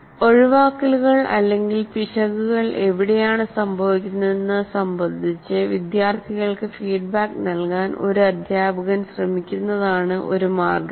ഒഴിവാക്കലുകൾ അല്ലെങ്കിൽ പിശകുകൾ എവിടെയാണ് സംഭവിക്കുന്നതെന്ന് സംബന്ധിച്ച് വിദ്യാർത്ഥികൾക്ക് ഫീഡ്ബാക്ക് നൽകാൻ ഒരു അധ്യാപകൻ ശ്രമിക്കുന്നതാണ് ഒരു മാർഗ്ഗം